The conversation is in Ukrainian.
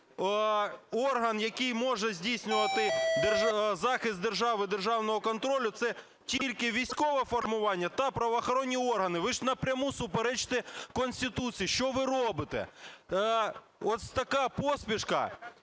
орган, який може здійснювати захист держави і державного кордону, – це тільки військове формування та правоохоронні органи. Ви ж напряму суперечити Конституції. Що ви робите? Ось така поспішка